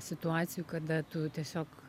situacijų kada tu tiesiog